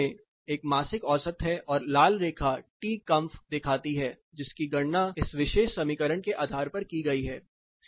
फिर केंद्र में एक मासिक औसत है और लाल रेखा टी कॉम्फ दिखाती है जिसकी गणना इस विशेष समीकरण के आधार पर की गई है